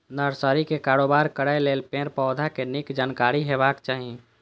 नर्सरीक कारोबार करै लेल पेड़, पौधाक नीक जानकारी हेबाक चाही